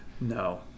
No